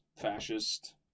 fascist